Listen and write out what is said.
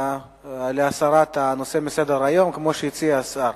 בעד הסרת הנושא מסדר-היום, כפי שהציע השר.